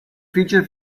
future